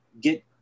get